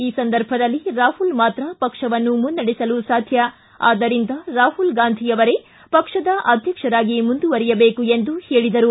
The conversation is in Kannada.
ಈ ಸಂದರ್ಭದಲ್ಲಿ ರಾಹುಲ್ ಮಾತ್ರ ಪಕ್ಷವನ್ನು ಮುನ್ನಡೆಸಲು ಸಾಧ್ಯ ಆದ್ದರಿಂದ ರಾಹುಲ್ ಗಾಂಧಿ ಅವರೇ ಪಕ್ಷದ ಅಧ್ಯಕ್ಷರಾಗಿ ಮುಂದುವರಿಯಬೇಕು ಎಂದು ಹೇಳಿದರು